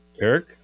Eric